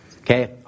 Okay